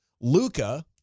Luca